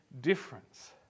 difference